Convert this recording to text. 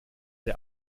der